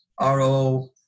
RO